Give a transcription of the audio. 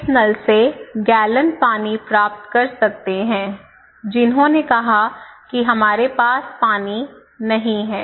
इस नल से गैलन पानी प्राप्त कर सकते हैं जिन्होंने कहा कि हमारे पास पानी नहीं है